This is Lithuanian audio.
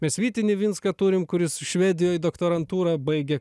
mes vytį nivinską turim kuris švedijoj doktorantūrą baigė